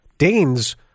Danes